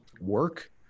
work